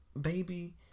baby